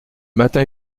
matin